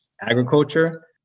agriculture